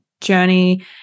journey